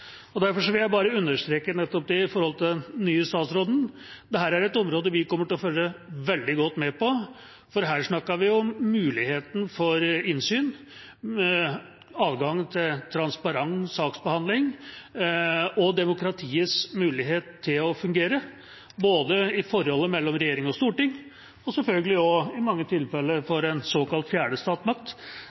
Derfor vil jeg understreke nettopp det for den nye statsråden, at dette er et område vi kommer til å følge veldig godt med på, for her snakker vi om muligheten for innsyn, adgangen til transparent saksbehandling og demokratiets mulighet til å fungere, både i forholdet mellom regjering og storting og selvfølgelig også – i mange tilfeller – i forholdet til den såkalte fjerde statsmakt,